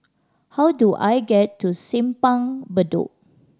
how do I get to Simpang Bedok